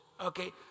Okay